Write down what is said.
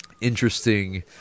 interesting